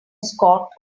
scott